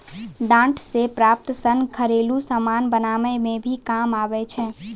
डांट से प्राप्त सन घरेलु समान बनाय मे भी काम आबै छै